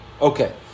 Okay